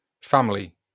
family